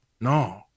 no